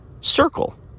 Circle